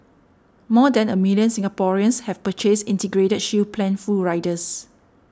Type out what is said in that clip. more than a million Singaporeans have purchased Integrated Shield Plan full riders